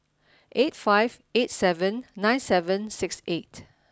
eight five eight seven nine seven six eight